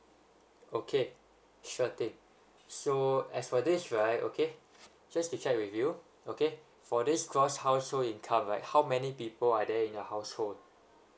okay sure thing so as for this right okay just to check with you okay for this gross household income right how many people are there in the household